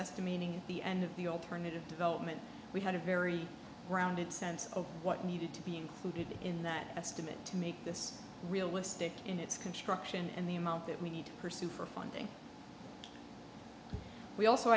estimating the end of the alternative development we had a very grounded sense of what needed to be included in that estimate to make this realistic in its construction and the amount that we need to pursue for funding we also